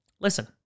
listen